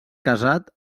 casat